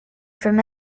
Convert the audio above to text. from